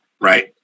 right